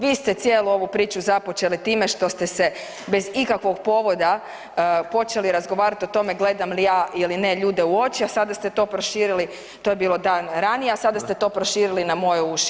Vi ste cijelu ovu priču započeli time što ste se bez ikakvog povoda počeli razgovarat o tome gledam li ja ili ne ljude u oči, a sada ste to proširili, to je bilo dan ranije, a sada ste to proširili i na moje uši.